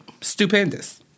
stupendous